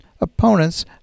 Opponents